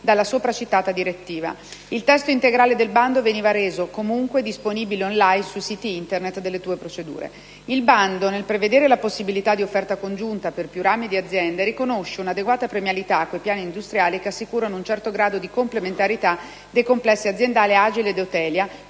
Il testo integrale del bando veniva reso, comunque, disponibile *on line* sui siti Internet delle due procedure. Il bando, nel prevedere la possibilità di offerta congiunta per più rami di azienda, riconosce un'adeguata premialità a quei piani industriali che assicurino un certo grado di complementarietà dei complessi aziendali Agile ed Eutelia,